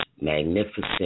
magnificent